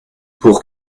pour